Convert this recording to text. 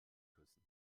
küssen